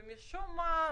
ומשום מה,